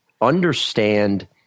understand